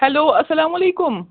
hello اَسلامُ علیکُم